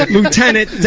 Lieutenant